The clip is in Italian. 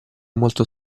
molto